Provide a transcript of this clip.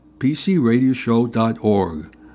pcradioshow.org